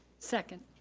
second.